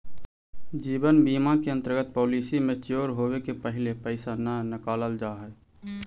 जीवन बीमा के अंतर्गत पॉलिसी मैच्योर होवे के पहिले पैसा न नकालल जाऽ हई